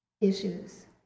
issues